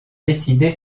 décider